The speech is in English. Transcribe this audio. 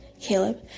Caleb